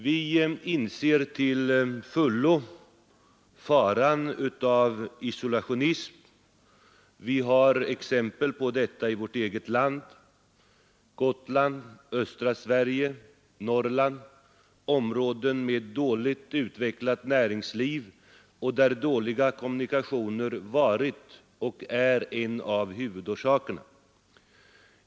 Vi inser till fullo faran av isolationism, vi har exempel på detta i vårt eget land: Gotland, sydöstra Sverige, Norrland, områden med dåligt utvecklat näringsliv och där dåliga kommunikationer varit och är en av huvudorsakerna.